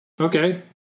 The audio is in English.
Okay